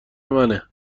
منه